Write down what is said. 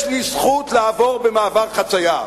יש לי זכות לעבור במעבר חצייה,